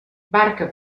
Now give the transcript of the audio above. barca